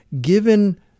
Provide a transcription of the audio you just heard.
given